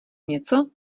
něco